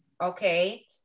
okay